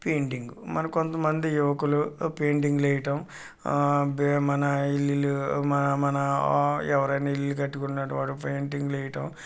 painting మన కొంతమంది యువకులు పెయింటింగ్లు వేయటం ఆ మన ఇల్లులు ఎవరైనా ఇల్లు కట్టుకునే వారికీ పెయింటింగ్లు వేయటం